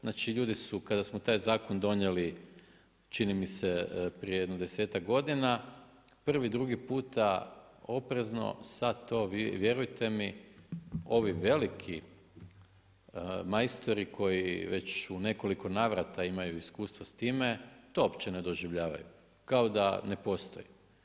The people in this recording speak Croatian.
Znači ljudi su, kada smo taj zakon donijeli, čini mi se prije jedno 10-tak godina, prvi, drugi puta, oprezno, sad to vjerujte mi, ovi veliki majstori koji već u nekoliko navrata imaju iskustva s time, to uopće ne doživljavaju, kao da ne postoji.